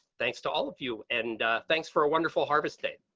thanks to all of you. and thanks for a wonderful harvest date.